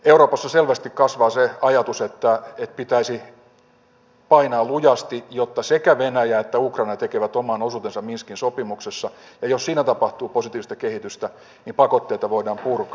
euroopassa selvästi kasvaa se ajatus että pitäisi painaa lujasti jotta sekä venäjä että ukraina tekevät oman osuutensa minskin sopimuksessa ja jos siinä tapahtuu positiivista kehitystä niin pakotteita voidaan purkaa